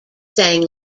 sang